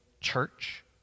church